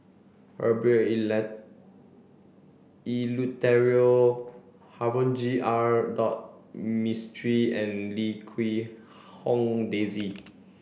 Herbert Eleuterio R dot Mistri and Lim Quee Hong Daisy